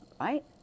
right